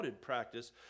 practice